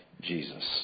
Jesus